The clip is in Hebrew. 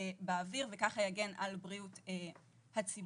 באוויר וכך יגן על בריאות הציבור,